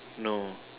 no